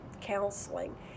counseling